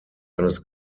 eines